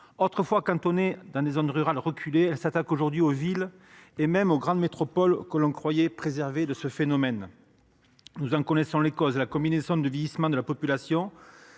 Autrefois cantonnée à des zones rurales reculées, elle s’attaque aujourd’hui aux villes, et même aux grandes métropoles que l’on croyait préservées de ce phénomène. Nous en connaissons les causes, à savoir la combinaison du vieillissement de la population